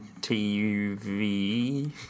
TV